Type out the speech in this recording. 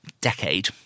decade